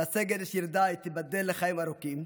ואסגדש ירדאי, תיבדל לחיים ארוכים,